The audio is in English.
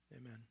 amen